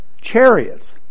chariots